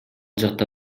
жакта